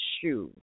shoe